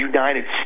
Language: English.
United